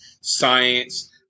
science